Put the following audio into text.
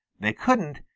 they couldn't,